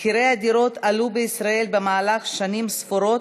מחירי הדירות עלו בישראל, במהלך שנים ספורות,